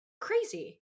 crazy